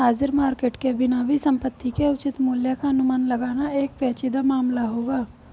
हाजिर मार्केट के बिना भी संपत्ति के उचित मूल्य का अनुमान लगाना एक पेचीदा मामला होगा